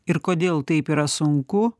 ir kodėl taip yra sunku